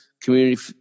community